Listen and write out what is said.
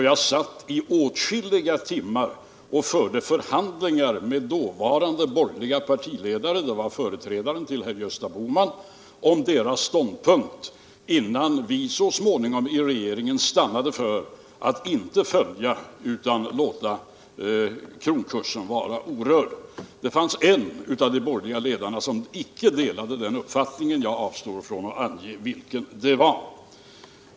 Jag satt då i åtskilliga timmar och förde förhandlingar med dåvarande borgerliga partiledare — bl.a. företrädaren till herr Gösta Bohman — om deras ståndpunkt, innan vi inom regeringen så småningom stannade för att inte följa Englands exempel utan låta kronkursen vara orörd. En av de borgerliga ledarna delade inte den uppfattningen, men jag avstår från att ange vilken det var.